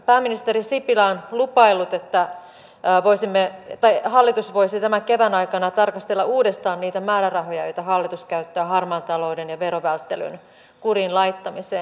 pääministeri sipilä on lupaillut että hallitus voisi tämän kevään aikana tarkastella uudestaan niitä määrärahoja joita hallitus käyttää harmaan talouden ja verovälttelyn kuriin laittamiseen